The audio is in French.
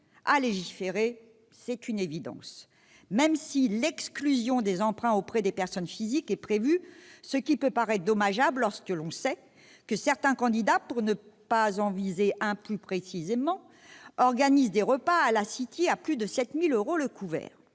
à légiférer, c'est une évidence, même si l'exclusion des emprunts auprès de personnes physiques est prévue, ce qui peut paraître dommageable lorsque l'on sait que certains candidats, pour ne pas en viser un plus précisément, organisent des repas à la à plus de 7 000 euros le couvert